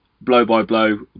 blow-by-blow